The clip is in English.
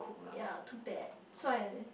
ya too bad so I